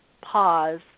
pause